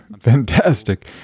fantastic